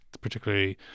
particularly